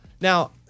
Now